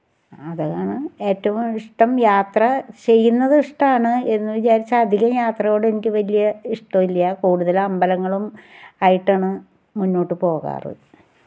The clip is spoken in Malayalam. അതാണ് ഏറ്റവും ഇഷ്ടം യാത്ര ചെയ്യുന്നത് ഇഷ്ടമാണ് എന്ന് വിചാരിച്ച് അധികം യാത്രയോട് എനിക്ക് വലിയ ഇഷ്ടമില്ല കൂടുതൽ അമ്പലങ്ങളും ആയിട്ടാണ് മുന്നോട്ട് പോകാറ്